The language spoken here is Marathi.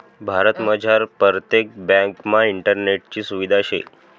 भारतमझार परतेक ब्यांकमा इंटरनेटनी सुविधा शे